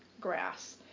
grass